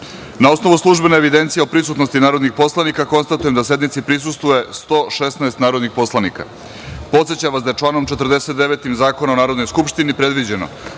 osnovu službene evidencije o prisutnosti narodnih poslanika, konstatujem da sednici prisustvuje 116 narodnih poslanika. Podsećam vas da je, članom 49. Zakona o Narodnoj skupštini, predviđeno